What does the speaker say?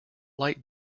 light